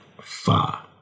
far